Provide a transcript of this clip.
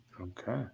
Okay